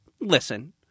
listen